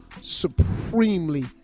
supremely